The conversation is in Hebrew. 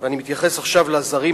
ואני רוצה להתייחס במלה לעניין הזה.